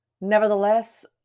Nevertheless